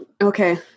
okay